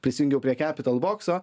prisijungiau prie kepital bokso